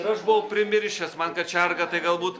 ir aš buvau primiršęs man kačiarga tai galbūt